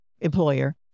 employer